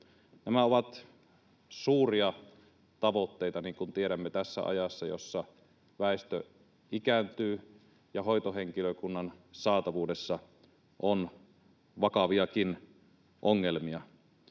Nämä ovat suuria tavoitteita, niin kuin tiedämme, tässä ajassa, jossa väestö ikääntyy ja hoitohenkilökunnan saatavuudessa on vakaviakin ongelmia.